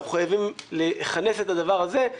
ואנחנו חייבים לכנס את הדבר הזה.